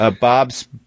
Bob's